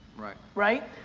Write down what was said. right. right?